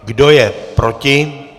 Kdo je proti?